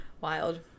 Wild